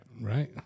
Right